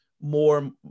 more